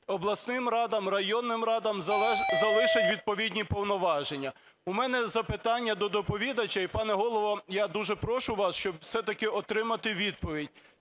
обласним радам, районним радам залишать відповідні повноваження. У мене запитання до доповідача, і, пане Голово, я дуже прошу вас, щоб все-таки отримати відповідь.